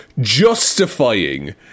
justifying